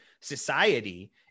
society